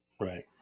right